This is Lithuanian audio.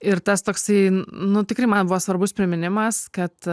ir tas toksai nu tikrai man buvo svarbus priminimas kad